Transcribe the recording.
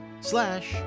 slash